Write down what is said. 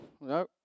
No